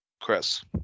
chris